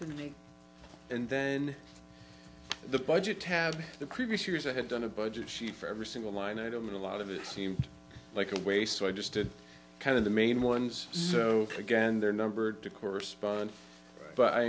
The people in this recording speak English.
with me and then the budget tab the previous years i had done a budget sheet for every single line item and a lot of it seemed like a waste so i just did kind of the main ones so again they're numbered to correspond but i